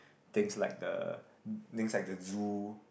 things like the things like the zoo